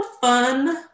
fun